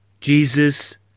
Jesus